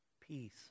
peace